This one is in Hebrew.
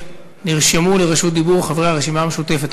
נרשמו לרשות דיבור חברי הרשימה המשותפת.